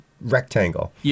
rectangle